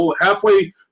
halfway